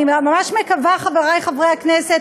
אני ממש מקווה, חברי חברי הכנסת,